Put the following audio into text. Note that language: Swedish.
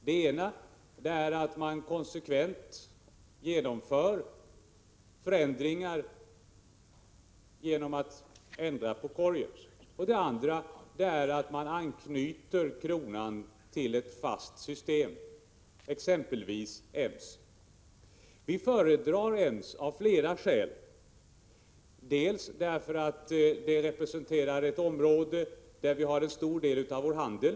Den ena är att man konsekvent genomför förändringar genom att ändra på korgen, den andra är att man anknyter kronan till ett fast system, exempelvis EMS. Vi föredrar EMS av flera skäl, bl.a. därför att det representerar ett område där vi har en stor del av vår handel.